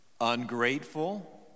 Ungrateful